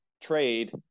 trade